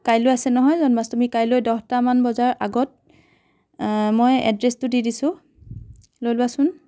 কাইলৈ আছে নহয় জন্মাষ্টমী কাইলৈ দহটামান বজাৰ আগত মই এড্ৰেছটো দি দিছো লৈ লোৱাচোন